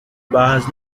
barras